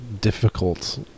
difficult